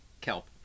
kelp